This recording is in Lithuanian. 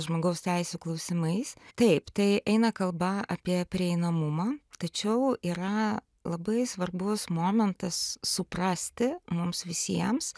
žmogaus teisių klausimais taip tai eina kalba apie prieinamumą tačiau yra labai svarbus momentas suprasti mums visiems